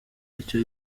icyo